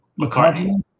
McCartney